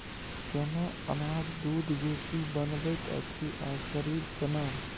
केना अनाज दूध बेसी बनबैत अछि आ शरीर केना?